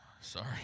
Sorry